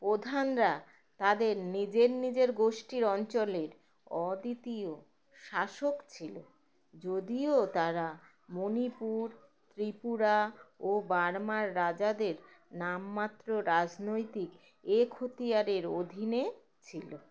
প্রধানরা তাঁদের নিজের নিজের গোষ্ঠীর অঞ্চলের অদ্বিতীয় শাসক ছিল যদিও তারা মণিপুর ত্রিপুরা ও বার্মার রাজাদের নামমাত্র রাজনৈতিক এ খতিয়ারের অধীনে ছিল